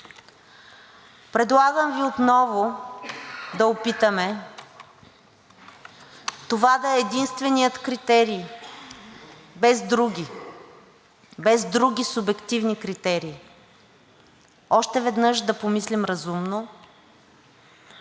Предлагам Ви отново да опитаме това да е единственият критерий, без други, без други субективни критерии. Още веднъж да помислим разумно,